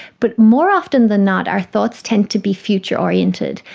but more often than not our thoughts tend to be future oriented,